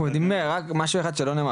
רק משהו אחד שלא נאמר,